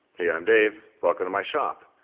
hey, i'm dave, welcome to my shop.